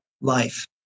life